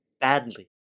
badly